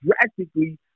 drastically